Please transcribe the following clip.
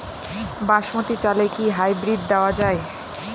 বাসমতী চালে কি হাইব্রিড দেওয়া য়ায়?